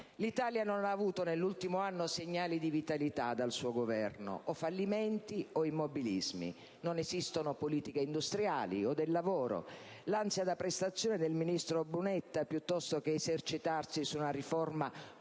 L'Italia non ha avuto nell'ultimo anno segnali di vitalità dal suo Governo: o fallimenti o immobilismi. Non esistono politiche industriali o del lavoro. L'ansia da prestazione del ministro Brunetta, piuttosto che esercitarsi su una riforma